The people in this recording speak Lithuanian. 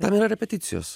tam yra repeticijos